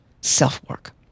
self-work